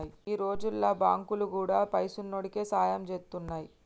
ఈ రోజుల్ల బాంకులు గూడా పైసున్నోడికే సాయం జేత్తున్నయ్